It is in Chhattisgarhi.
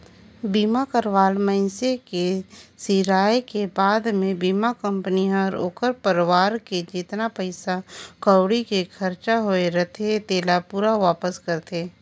बीमा करवाल मइनसे के सिराय के बाद मे बीमा कंपनी हर ओखर परवार के जेतना पइसा कउड़ी के खरचा होये रथे तेला पूरा वापस करथे